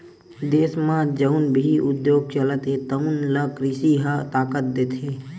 देस म जउन भी उद्योग चलत हे तउन ल कृषि ह ताकत देथे